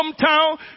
hometown